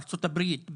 ארצות הברית,